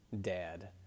dad